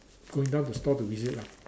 going down the store to visit lah